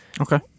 Okay